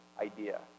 idea